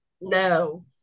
no